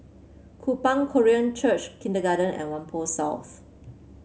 Kupang Korean Church Kindergarten and Whampoa South